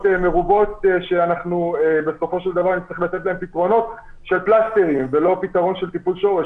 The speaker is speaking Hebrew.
מרובות שבסופו של דבר נצטרך לתת להם פתרונות של פלסתרים ולא טיפול שורש.